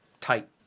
tight